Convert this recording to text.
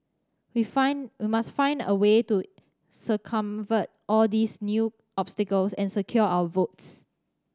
we find we must find a way to circumvent all these new obstacles and secure our votes